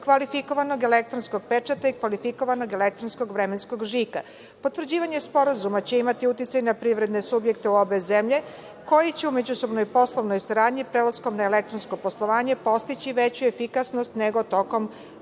kvalifikovanog elektronskog pečata i kvalifikovanog elektronskog vremenskog žiga. Potvrđivanje Sporazuma će imati uticaj na privredne subjekte u obe zemlje koji će u međusobnoj poslovnoj saradnji, prelaskom na elektronsko poslovanje, postići veću efikasnost nego tokom